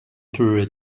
through